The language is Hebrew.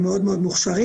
המאוד מאוד מוכשרים.